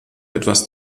etwas